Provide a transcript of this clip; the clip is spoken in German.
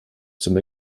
zum